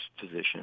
position